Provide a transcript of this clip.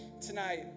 tonight